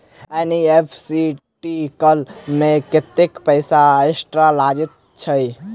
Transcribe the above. NEFT करऽ मे कत्तेक पाई एक्स्ट्रा लागई छई?